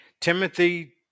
Timothy